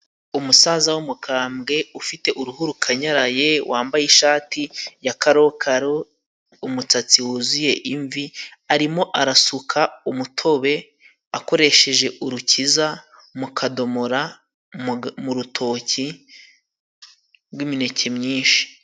Umusaza w'umukambwe ufite uruhu rukanyaraye, wambaye ishati ya karokaro, umusatsi wuzuye imvi, arimo arasuka umutobe akoresheje urukiza mu kadomora, mu rutoki rw'imineke myinshi.